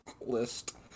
list